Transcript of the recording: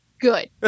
good